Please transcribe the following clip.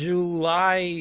July